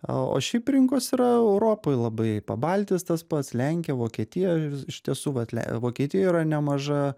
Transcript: o o šiaip rinkos yra europoj labai pabaltijis tas pats lenkija vokietija iš tiesų vat le vokietijoj yra nemaža